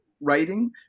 writing